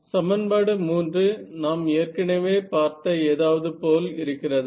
சமன்பாடு 3 நாம் ஏற்கனவே பார்த்த ஏதாவது போல் இருக்கிறதா